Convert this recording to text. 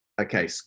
okay